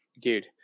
dude